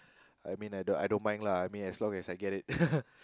I mean I don't I don't mind lah as long as I get it